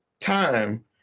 time